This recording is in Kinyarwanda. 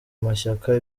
mashyaka